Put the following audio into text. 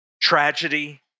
Tragedy